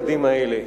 האלה,